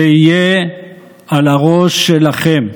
זה יהיה על הראש שלכם.